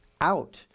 out